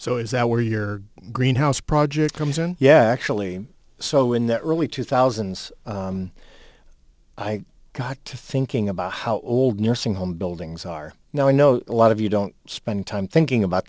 so is that where your greenhouse project comes in yeah actually so in the early two thousands i got to thinking about how old nursing home buildings are now i know a lot of you don't spend time thinking about